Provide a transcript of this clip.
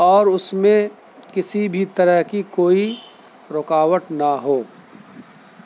اور اس میں کسی بھی طرح کی کوئی رکاوٹ نہ ہو